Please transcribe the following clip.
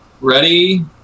Ready